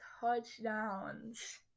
touchdowns